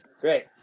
Great